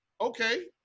okay